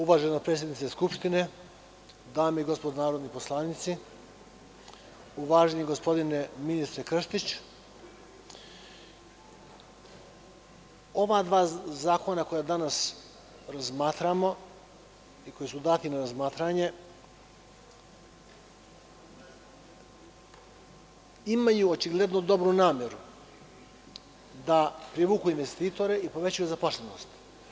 Uvažena predsednice Skupštine, dame i gospodo narodni poslanici, uvaženi gospodine ministre Krstiću, ova dva zakona koja danas razmatramo imaju očigledno dobru nameru da privuku investitore i povećaju zaposlenost.